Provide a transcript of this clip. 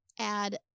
add